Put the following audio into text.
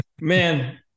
Man